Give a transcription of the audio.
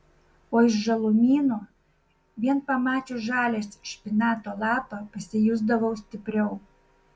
o iš žalumynų vien pamačius žalią špinato lapą pasijusdavau stipriau